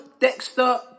Dexter